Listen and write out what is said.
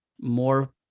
more